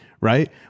right